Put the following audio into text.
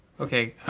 okay, ah,